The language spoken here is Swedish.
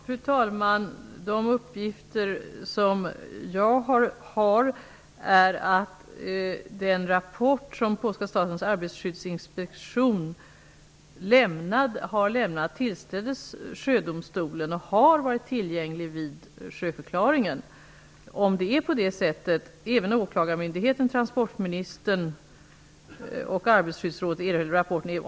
Fru talman! De uppgifter som jag har är att den rapport som den polska statens arbetsskyddsinspektion har lämnat tillställdes sjödomstolen och har varit tillgänglig vid sjöförklaringen. Även åklagarmyndigheten, transportministern och arbetsskyddsrådet erhöll rapporten.